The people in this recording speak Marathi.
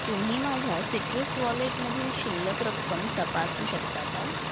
तुम्ही माझ्या सिट्रस वॉलेटमधील शिल्लक रक्कम तपासू शकता का